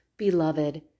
Beloved